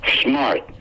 smart